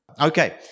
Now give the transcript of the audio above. Okay